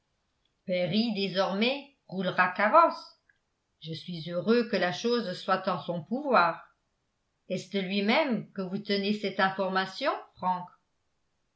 perry désormais roulera carrosse je suis heureux que la chose soit en son pouvoir est-ce de lui-même que vous tenez cette information frank